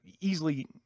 easily